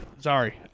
sorry